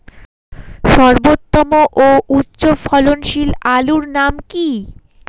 সর্বোত্তম ও উচ্চ ফলনশীল আলুর নাম কি?